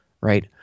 right